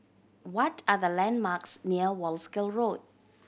what are the landmarks near Wolskel Road